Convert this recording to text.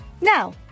Now